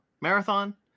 marathon